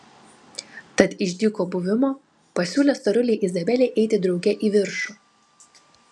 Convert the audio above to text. tad iš dyko buvimo pasiūlė storulei izabelei eiti drauge į viršų